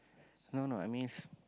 no no I mean